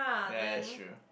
ya that's true